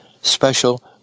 special